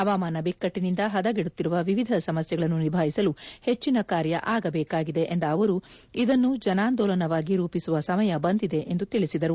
ಹವಾಮಾನ ಬಿಕ್ಕಟ್ಟಿನಿಂದ ಹದಗೆಡುತ್ತಿರುವ ವಿವಿಧ ಸಮಸ್ಯೆಗಳನ್ನು ನಿಭಾಯಿಸಲು ಹೆಚ್ಚಿನ ಕಾರ್ಯ ಆಗಬೇಕಾಗಿದೆ ಎಂದ ಅವರು ಇದನ್ನು ಜನಾಂದೋಲನವಾಗಿ ರೂಪಿಸುವ ಸಮಯ ಬಂದಿದೆ ಎಂದು ತಿಳಿಸಿದರು